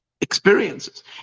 experiences